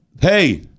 hey